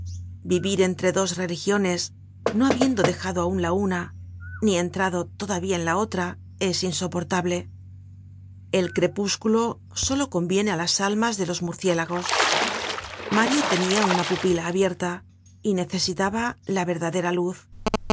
vivir entre dos religiones no habiendo dejado aun la una ni entrado todavía en la otra es insoportable el crepúsculo solo conviene á las almas de los murciélagos mario tenia una pupila abierta y necesitaba laverdedura luz